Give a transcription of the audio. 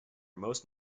most